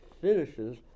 finishes